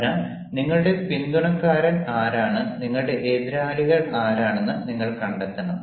അതിനാൽ നിങ്ങളുടെ പിന്തുണക്കാരൻ ആരാണ് നിങ്ങളുടെ എതിരാളികൾ ആരാണെന്ന് നിങ്ങൾ കണ്ടെത്തണം